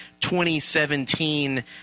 2017